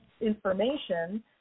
information